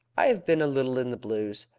i have been a little in the blues.